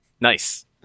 Nice